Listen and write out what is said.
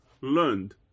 learned